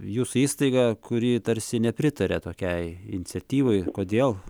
jūsų įstaiga kuri tarsi nepritaria tokiai iniciatyvai kodėl